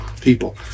people